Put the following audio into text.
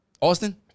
Austin